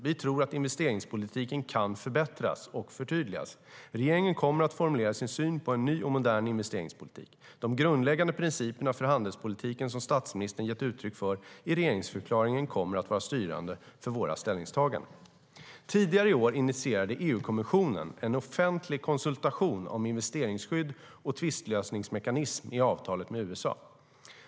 Vi tror att investeringspolitiken kan förbättras och förtydligas. Regeringen kommer att formulera sin syn på en ny och modern investeringspolitik. De grundläggande principerna för handelspolitiken som statsministern gett uttryck för i regeringsförklaringen kommer att vara styrande för våra ställningstaganden. Tidigare i år initierade EU-kommissionen en offentlig konsultation om investeringsskydd och tvistlösningsmekanism i avtalet med USA.